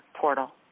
portal